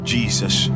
Jesus